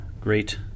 great